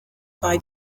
bei